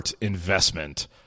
investment